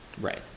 Right